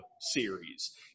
series